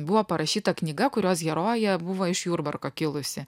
buvo parašyta knyga kurios herojė buvo iš jurbarko kilusi